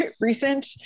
recent